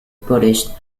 buddhist